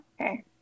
Okay